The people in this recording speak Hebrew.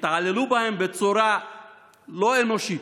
שהתעללו בהם בצורה לא אנושית.